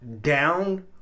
down